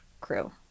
crew